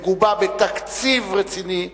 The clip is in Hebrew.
מגובה בתקציב רציני,